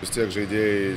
vis tiek žaidėjai